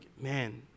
man